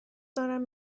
دارم